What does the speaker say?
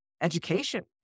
education